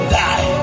die